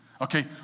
Okay